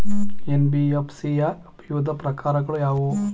NBFC ಯ ವಿವಿಧ ಪ್ರಕಾರಗಳು ಯಾವುವು?